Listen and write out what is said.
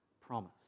promise